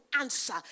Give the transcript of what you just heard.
answer